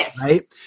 right